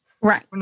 right